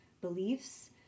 beliefs